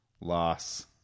loss